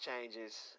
Changes